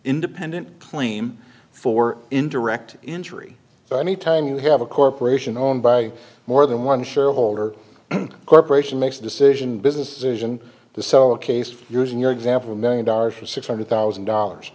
independent claim for indirect injury so any time you have a corporation owned by more than one shareholder corporation makes decision business isn't to sell a case using your example a million dollars for six hundred thousand dollars